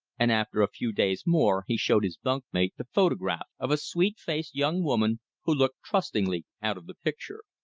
and after a few days more he showed his bunk mate the photograph of a sweet-faced young woman who looked trustingly out of the picture.